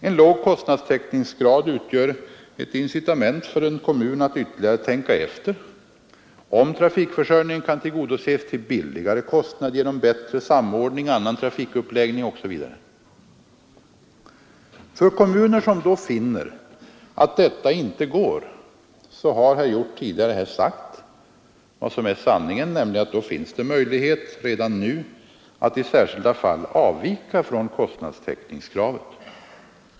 En låg kostnadstäckningsgrad utgör ett incitament för en kommun att ytterligare tänka efter om trafikförsörjningen kan tillgodoses till lägre kostnad genom bättre samordning, en annan trafikuppläggning osv. För kommuner som då finner att detta inte går har herr Hjorth tidigare här sagt vad som är sanningen, nämligen att det redan nu finns möjlighet att i särskilda fall avvika från kostnadstäckningskravet.